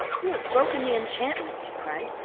you have broken the enchantment, she cried,